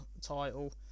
title